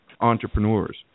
entrepreneurs